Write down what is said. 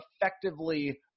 effectively